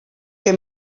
que